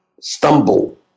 stumble